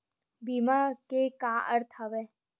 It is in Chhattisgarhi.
बीमा के का अर्थ हवय?